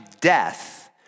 death